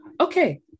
Okay